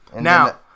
Now